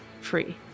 free